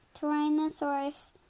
Tyrannosaurus